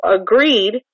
agreed